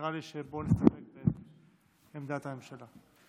נראה לי שנסתפק בעמדת הממשלה.